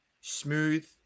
Smooth